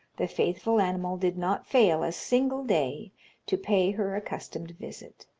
the faithful animal did not fail a single day to pay her accustomed visit.